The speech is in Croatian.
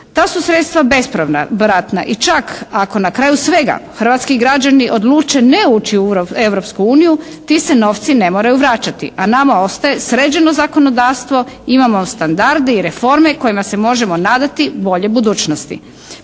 Ta su sredstva bezpovratna i čak ako na kraju svega hrvatski građani odluče ne uči u Europsku uniju ti se novci ne moraju vraćati a nama ostaje sređeno zakonodavstvo. Imamo standarde i reforme kojima se možemo nadati boljoj budućnosti.